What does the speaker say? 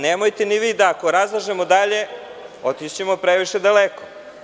Nemojte ni vi, ako razlažemo dalje, otići ćemo previše daleko.